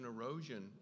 erosion